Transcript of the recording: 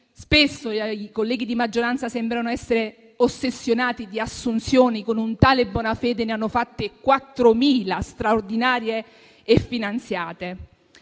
spesso i colleghi di maggioranza sembrano essere ossessionati, di assunzioni, con un tale Bonafede, ne hanno fatte 4.000, straordinarie e finanziate?